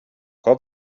call